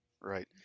right